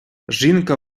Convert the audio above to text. жінка